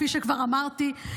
כפי שכבר אמרתי,